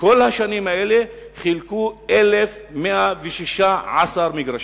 בכל השנים האלה חילקו 1,116 מגרשים.